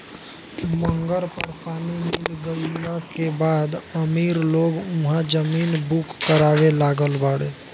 मंगल पर पानी मिल गईला के बाद अमीर लोग उहा जमीन बुक करावे लागल बाड़े